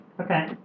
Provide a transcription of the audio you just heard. Okay